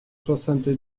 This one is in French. soixante